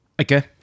Okay